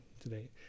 today